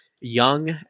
young